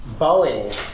Boeing